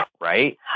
right